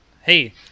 Hey